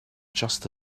just